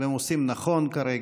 והם עושים נכון כרגע.